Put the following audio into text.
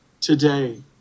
today